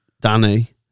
Danny